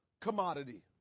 commodity